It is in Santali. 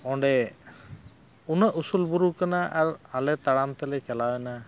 ᱚᱸᱰᱮ ᱩᱱᱟᱹᱜ ᱩᱥᱩᱞ ᱵᱩᱨᱩ ᱠᱟᱱᱟ ᱟᱨ ᱟᱞᱮ ᱛᱟᱲᱟᱢ ᱛᱮᱞᱮ ᱪᱟᱞᱟᱣᱮᱱᱟ